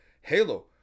Halo